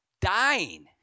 dying